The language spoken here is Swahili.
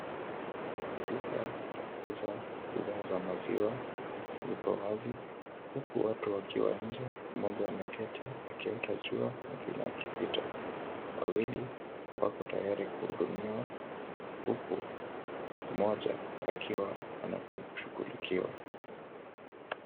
Duka la kuuza bidhaa za maziwa lipo wazi, huku watu wakiwa nje, mmoja ameketi akiota jua mwingine akipita. Wawili wako tayari kuhudumiwa huku mmoja akiwa anatu shughulikiwa.